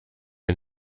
ein